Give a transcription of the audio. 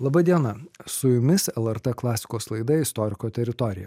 laba diena su jumis lrt klasikos laida istoriko teritorija